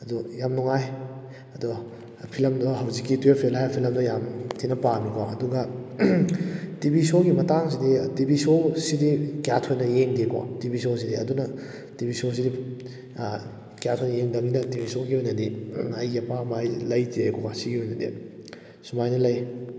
ꯑꯗꯨ ꯌꯥꯝ ꯅꯨꯡꯉꯥꯏ ꯑꯗꯨꯒ ꯐꯤꯂꯝꯗꯨ ꯍꯧꯖꯤꯛꯀꯤ ꯇꯨꯋꯦꯜꯞ ꯐꯦꯜ ꯍꯥꯏꯕ ꯐꯤꯂꯝꯗꯣ ꯌꯥꯝ ꯊꯤꯅ ꯄꯥꯝꯃꯤꯀꯣ ꯑꯗꯨꯒ ꯇꯤꯚꯤ ꯁꯣꯒꯤ ꯃꯇꯥꯡꯁꯤꯗꯤ ꯇꯤꯚꯤ ꯁꯣ ꯁꯤꯗꯤ ꯀꯌꯥ ꯊꯣꯏꯅ ꯌꯦꯡꯗꯦꯀꯣ ꯇꯤꯚꯤ ꯁꯣ ꯁꯤꯗꯤ ꯑꯗꯨꯅ ꯇꯤꯚꯤ ꯁꯣ ꯁꯤꯗꯤ ꯀꯌꯥ ꯊꯣꯏꯅ ꯌꯦꯡꯗꯝꯅꯤꯅ ꯇꯤꯚꯤ ꯁꯣꯒꯤ ꯑꯣꯏꯅꯗꯤ ꯑꯩꯒꯤ ꯑꯄꯥꯝꯕ ꯍꯥꯏꯁꯦ ꯂꯩꯇꯦꯀꯣ ꯁꯤꯒꯤ ꯑꯣꯏꯅꯗꯤ ꯁꯨꯃꯥꯏꯅ ꯂꯩ